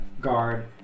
guard